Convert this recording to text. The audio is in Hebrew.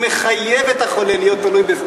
הוא מחייב את החולה להיות תלוי.